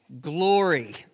glory